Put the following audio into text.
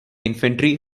infantry